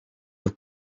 have